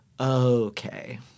okay